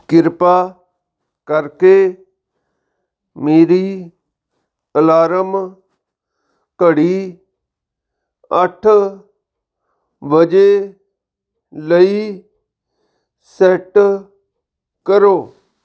ਕਿਰਪਾ ਕਰਕੇ ਮੇਰੀ ਅਲਾਰਮ ਘੜੀ ਅੱਠ ਵਜੇ ਲਈ ਸੈੱਟ ਕਰੋ